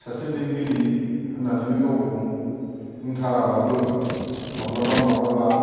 सासे लिरगिरि होननानैनो गावखौ बुंथाराब्लाबो माब्लाबा माब्लाबा